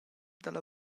dalla